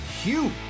huge